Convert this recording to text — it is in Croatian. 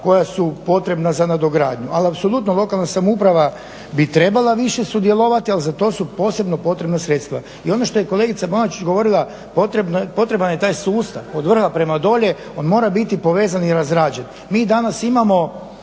koja su potrebna za nadogradnju. Ali apsolutno lokalna samouprava bi trebala više sudjelovati, ali za to su posebno potrebna sredstva. I ono što je kolegica Bonačić govorila, potreban je taj sustav od vrha prema dolje. On mora biti povezan i razrađen. Mi danas imamo